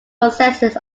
processes